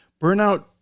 burnout